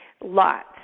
lots